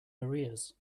arrears